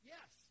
Yes